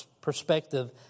perspective